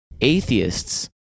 atheists